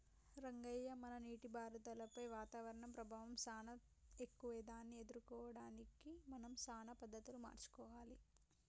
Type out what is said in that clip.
రంగయ్య మన నీటిపారుదలపై వాతావరణం ప్రభావం సానా ఎక్కువే దాన్ని ఎదుర్కోవడానికి మనం సానా పద్ధతులు మార్చుకోవాలి